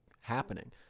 happening